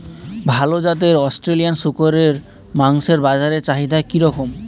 ভাল জাতের অস্ট্রেলিয়ান শূকরের মাংসের বাজার চাহিদা কি রকম?